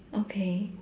okay